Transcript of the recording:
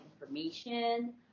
information